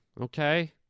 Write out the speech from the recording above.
okay